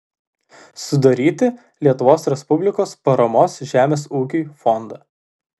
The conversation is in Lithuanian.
sudaryti lietuvos respublikos paramos žemės ūkiui fondą